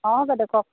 অঁ বাইদেউ কওক